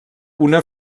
una